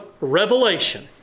revelation